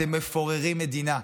אתם מפוררים מדינה.